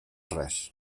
res